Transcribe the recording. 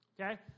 Okay